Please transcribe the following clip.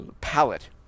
palette